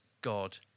God